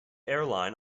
airline